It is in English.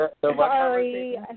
Sorry